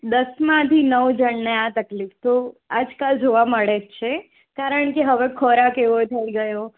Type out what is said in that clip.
દસમાંથી નવ જણને આ તકલીફ તો આજકાલ જોવા મળે જ છે કારણ કે હવે ખોરાક એવો થઈ ગયો